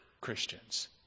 Christians